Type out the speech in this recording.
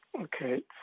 Okay